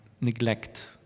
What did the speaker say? neglect